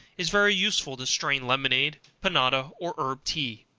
is very useful to strain lemonade, panada or herb tea.